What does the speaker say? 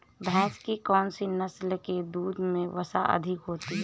भैंस की कौनसी नस्ल के दूध में वसा अधिक होती है?